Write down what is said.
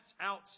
out